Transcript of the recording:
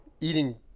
eating